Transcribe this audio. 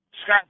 Scott